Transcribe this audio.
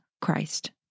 Christ